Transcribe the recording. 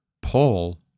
Paul